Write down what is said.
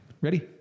Ready